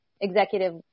Executive